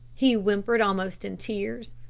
he whimpered, almost in tears,